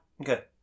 okay